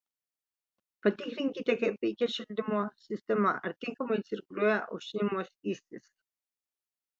patikrinkite kaip veikia šildymo sistema ar tinkamai cirkuliuoja aušinimo skystis